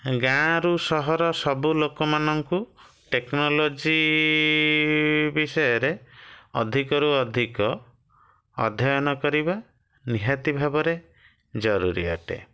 ଗାଁରୁ ସହର ସବୁ ଲୋକମାନଙ୍କୁ ଟେକ୍ନୋଲୋଜି ବିଷୟରେ ଅଧିକରୁ ଅଧିକ ଅଧ୍ୟୟନ କରିବା ନିହାତି ଭାବରେ ଜରୁରୀ ଅଟେ